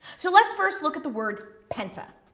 so let's first look at the word penta.